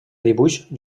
dibuix